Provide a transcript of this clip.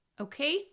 Okay